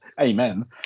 amen